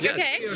Okay